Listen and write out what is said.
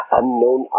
unknown